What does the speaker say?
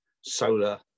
solar